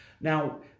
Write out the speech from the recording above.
Now